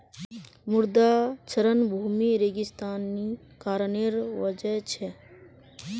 मृदा क्षरण भूमि रेगिस्तानीकरनेर वजह छेक